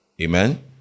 Amen